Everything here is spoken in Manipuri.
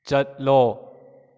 ꯆꯠꯂꯣ